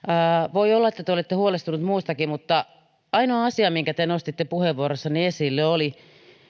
voi olla että te olette huolestunut muustakin mutta ainoa asia minkä te nostitte puheenvuorossanne esille oli